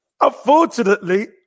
Unfortunately